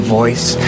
voice